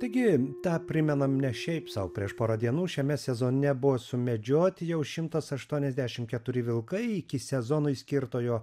taigi tą primenam ne šiaip sau prieš porą dienų šiame sezone buvo sumedžioti jau šimtas aštuoniasdešim keturi vilkai iki sezonui skirtojo